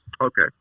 okay